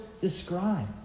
describe